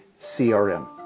CRM